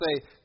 say